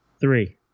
Three